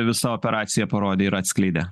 visa operacija parodė ir atskleidė